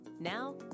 Now